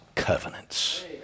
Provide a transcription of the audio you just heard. covenants